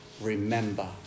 Remember